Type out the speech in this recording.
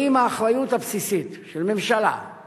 האם האחריות הבסיסית של ממשלה היא